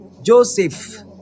Joseph